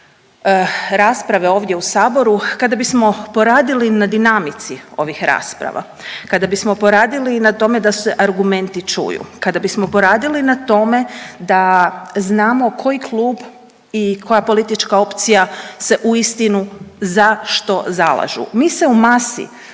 rasprave ovdje u saboru, kada bismo poradili na dinamici ovih rasprava, kada bismo poradili i na tome da se argumenti čuju, kada bismo poradili na tome da znamo koji klub i koja politička opcija se uistinu za što zalažu. Mi se u masi